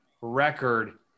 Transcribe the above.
record